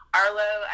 arlo